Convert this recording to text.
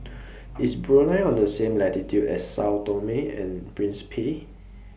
IS Brunei on The same latitude as Sao Tome and Principe